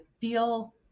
feel